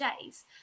days